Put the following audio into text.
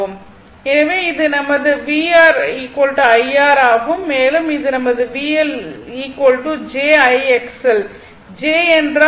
எனவே இது நமது vR I R ஆகும் மேலும் இது நமது VL j I XL j என்றால் ∠90o